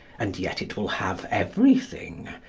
and yet it will have everything,